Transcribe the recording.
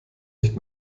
nicht